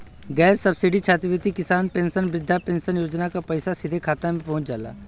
gas subsidy छात्रवृत्ति किसान pension वृद्धा पेंशन योजना क पैसा सीधे खाता में पहुंच जाला